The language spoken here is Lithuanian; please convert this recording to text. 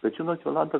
žinot jolanta